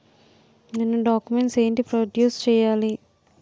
నేను డాక్యుమెంట్స్ ఏంటి ప్రొడ్యూస్ చెయ్యాలి?